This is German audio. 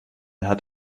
hat